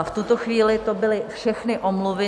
V tuto chvíli to byly všechny omluvy.